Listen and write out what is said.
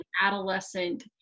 adolescent